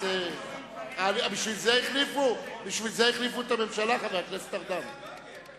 בשביל זה החליפו את הממשלה, חבר הכנסת ארדן.